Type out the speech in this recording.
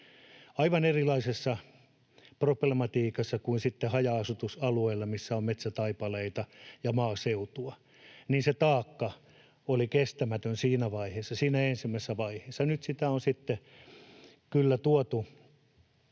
aivan erilaisessa problematiikassa kuin haja-asutusalueilla, missä on metsätaipaleita ja maaseutua. Se taakka oli kestämätön siinä ensimmäisessä vaiheessa. Nyt sitä on kyllä tuotu